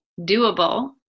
doable